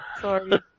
Sorry